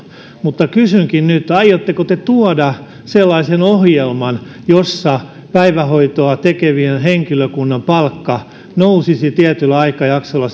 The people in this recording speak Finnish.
mutta kysynkin nyt aiotteko te tuoda sellaisen ohjelman jossa päivähoitoa tekevän henkilökunnan palkka nousisi tietyllä aikajaksolla